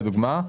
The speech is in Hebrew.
לדוגמה,